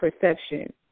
perception